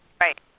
Right